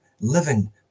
living